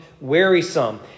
wearisome